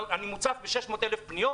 אני מוצף ב-600,000 פניות.